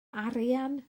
arian